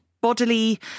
bodily